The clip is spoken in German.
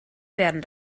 werden